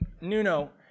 Nuno